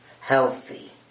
healthy